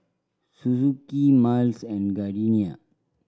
Suzuki Miles and Gardenia